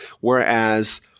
whereas